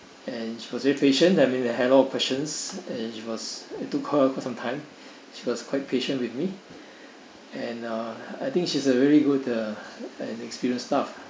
and she was very patient I mean I had a lot of questions and she was took her quite some time she was quite patient with me and uh I think she's a very good uh an experienced staff